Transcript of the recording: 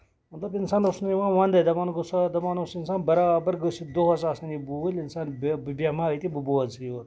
مطلب اِنسانَس اوس نہٕ یِوان وۄندٕے دَپان اوس اِنسان برابر گٔژھ یہِ دۄہَس آسٕنۍ یہِ بوٗلۍ انسان بہٕ بیٚہمہٕ ہا أتی بہٕ بوزٕے یوتن